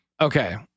Okay